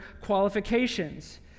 qualifications